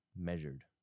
measured